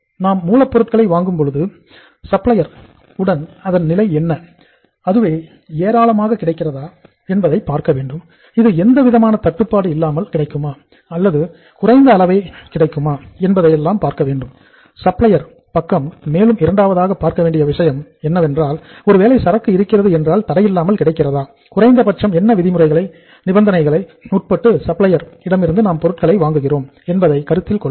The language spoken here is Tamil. நாம் மூலப்பொருள்களை வாங்கும்பொழுது சப்ளையர் இடமிருந்து நாம் பொருட்களை வாங்குகிறோம் என்பதை கருத்தில் கொள்ள வேண்டும்